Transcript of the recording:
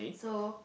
so